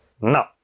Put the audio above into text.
no